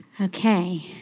Okay